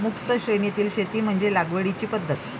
मुक्त श्रेणीतील शेती म्हणजे लागवडीची पद्धत